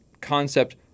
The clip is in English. concept